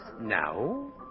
Now